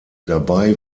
dabei